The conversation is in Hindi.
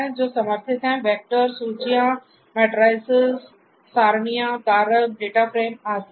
हैं जो समर्थित हैं वैक्टर सूचियाँ मैट्रिसेस सरणियाँ कारक डेटा फ़्रेम आदि